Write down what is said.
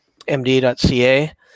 md.ca